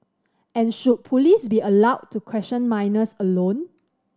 and should police be allowed to question minors alone